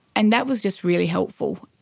and that was just really helpful.